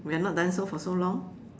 we have not done so for so long